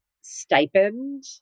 stipend